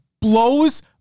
blows